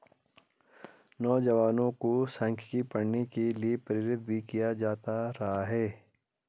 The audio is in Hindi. नौजवानों को सांख्यिकी पढ़ने के लिये प्रेरित भी किया जाता रहा है